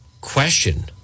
question